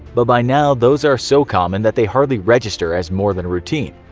but by now those are so common that they hardly register as more than routine.